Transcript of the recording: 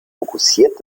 fokussiert